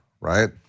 right